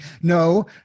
no